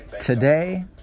Today